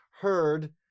heard